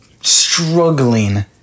struggling